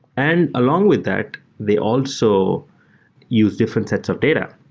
and along with that, they also use different sets of data.